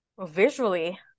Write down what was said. visually